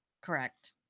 Correct